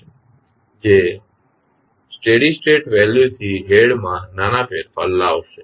જે steady state વેલ્યુથી head માં નાના ફેરફાર લાવશે